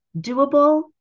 doable